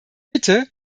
bitte